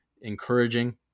encouraging